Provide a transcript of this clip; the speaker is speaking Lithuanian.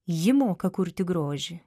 ji moka kurti grožį